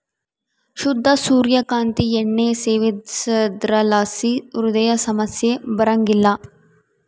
ಶುದ್ಧ ಸೂರ್ಯ ಕಾಂತಿ ಎಣ್ಣೆ ಸೇವಿಸೋದ್ರಲಾಸಿ ಹೃದಯ ಸಮಸ್ಯೆ ಬರಂಗಿಲ್ಲ